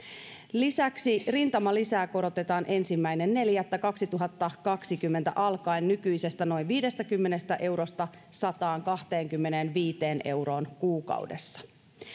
lisäksi rintamalisää korotetaan ensimmäinen neljättä kaksituhattakaksikymmentä alkaen nykyisestä noin viidestäkymmenestä eurosta sataankahteenkymmeneenviiteen euroon kuukaudessa